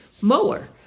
mower